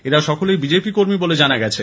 এরা সকলেই বিজেপি কর্মী বলে জানা গেছে